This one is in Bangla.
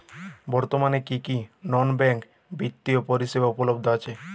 বর্তমানে কী কী নন ব্যাঙ্ক বিত্তীয় পরিষেবা উপলব্ধ আছে?